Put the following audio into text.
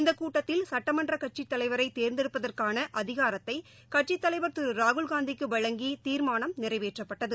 இந்தகூட்டத்தில் சட்டமன்றக்கட்சித் தலைவரைதேர்ந்தெடுப்பதற்கானஅதிகாரத்தைகட்சித்தலைவர் திருராகுல்காந்திக்குவழங்கிதீர்மானம் நிறைவேற்றப்பட்டது